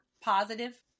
positive